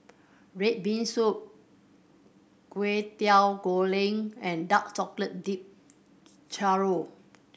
red bean soup Kwetiau Goreng and dark chocolate dipped churro